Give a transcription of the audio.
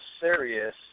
serious